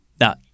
Now